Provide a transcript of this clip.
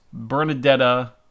Bernadetta